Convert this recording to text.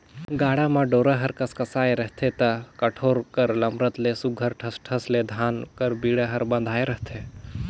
गाड़ा म डोरा हर कसकसाए रहथे ता कोठार कर लमरत ले सुग्घर ठस ठस ले धान कर बीड़ा हर बंधाए रहथे